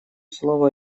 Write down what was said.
слово